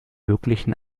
möglichen